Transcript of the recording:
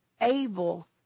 able